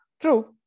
True